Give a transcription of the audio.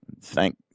Thank